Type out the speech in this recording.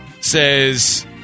says